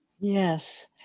Yes